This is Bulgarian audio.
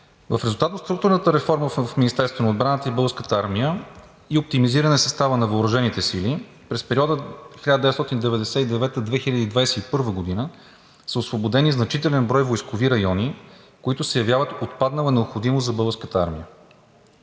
В резултат от структурната реформа в Министерството на отбраната и в Българската армия и оптимизиране състава на въоръжените сили през периода 1999 – 2021 г. са освободени значителен брой войскови райони, които се явяват отпаднала необходимост за Българската армия.